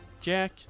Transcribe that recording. Jack